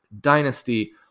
dynasty